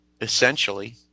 essentially